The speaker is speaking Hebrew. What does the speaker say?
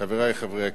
חברי חברי הכנסת,